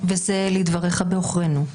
וזה לדבריך בעוכרנו?